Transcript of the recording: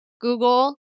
Google